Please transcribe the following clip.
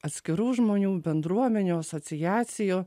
atskirų žmonių bendruomenių asociacijų